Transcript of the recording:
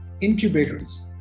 incubators